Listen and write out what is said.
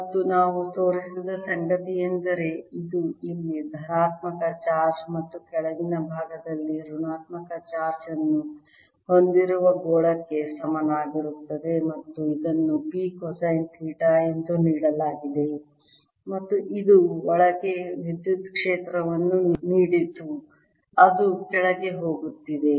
ಮತ್ತು ನಾವು ತೋರಿಸಿದ ಸಂಗತಿಯೆಂದರೆ ಇದು ಇಲ್ಲಿ ಧನಾತ್ಮಕ ಚಾರ್ಜ್ ಮತ್ತು ಕೆಳಗಿನ ಭಾಗದಲ್ಲಿ ಋಣಾತ್ಮಕ ಚಾರ್ಜ್ ಅನ್ನು ಹೊಂದಿರುವ ಗೋಳಕ್ಕೆ ಸಮನಾಗಿರುತ್ತದೆ ಮತ್ತು ಇದನ್ನು P ಕೊಸೈನ್ ಥೀಟಾ ಎಂದು ನೀಡಲಾಗುತ್ತದೆ ಮತ್ತು ಇದು ಒಳಗೆ ವಿದ್ಯುತ್ ಕ್ಷೇತ್ರವನ್ನು ನೀಡಿತು ಅದು ಕೆಳಗೆ ಹೋಗುತ್ತಿದೆ